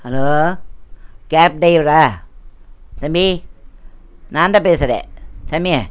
hello cab டிரைவரா தம்பி நான் தான் பேசுகிறேன் சாமி